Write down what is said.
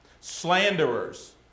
slanderers